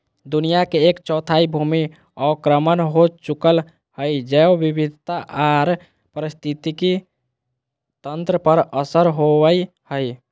दुनिया के एक चौथाई भूमि अवक्रमण हो चुकल हई, जैव विविधता आर पारिस्थितिक तंत्र पर असर होवई हई